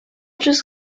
just